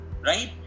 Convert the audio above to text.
Right